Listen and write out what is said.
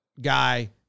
guy